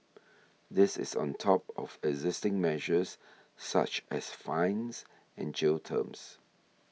this is on top of existing measures such as fines and jail terms